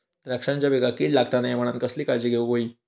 द्राक्षांच्या पिकांक कीड लागता नये म्हणान कसली काळजी घेऊक होई?